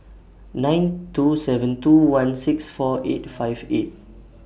nine two seven two one six four eight five eight